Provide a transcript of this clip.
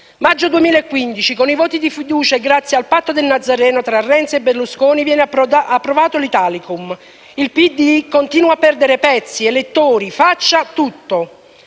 Maggio 2015: con i voti di fiducia e grazie al patto del Nazareno tra Renzi e Berlusconi, viene approvato l'Italicum. Il PD continua a perdere pezzi, elettori, faccia, tutto.